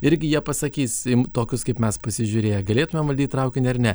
irgi jie pasakys im tokius kaip mes pasižiūrėję galėtumėm valdyt traukinį ar ne